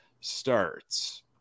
starts